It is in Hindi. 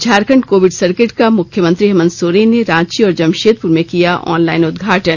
झारखण्ड कोविड सर्किट का मुख्यमंत्री हेमंत सोरेन ने रांची और जमशेदपुर में किया ऑनलाइन उदघाटन